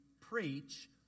preach